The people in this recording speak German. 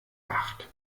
acht